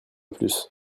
plus